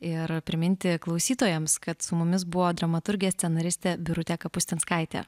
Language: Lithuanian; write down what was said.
ir priminti klausytojams kad su mumis buvo dramaturgė scenaristė birutė kapustinskaitė